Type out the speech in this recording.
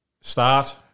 start